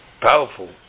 powerful